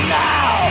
now